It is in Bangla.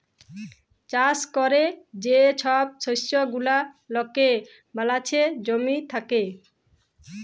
চাষ ক্যরে যে ছব শস্য গুলা লকে বালাচ্ছে জমি থ্যাকে